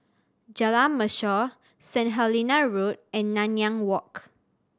Jalan Mashor St Helena Road and Nanyang Walk